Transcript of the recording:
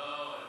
לא,